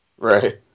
Right